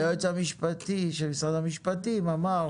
היועץ המשפטי של משרד המשפטים אמר